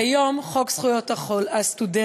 כיום חוק זכויות הסטודנט,